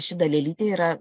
ši dalelytė yra